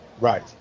Right